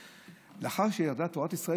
לאחר שירדה תורת ישראל,